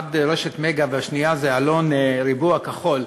שהאחת היא רשת "מגה" והשנייה היא "אלון ריבוע כחול".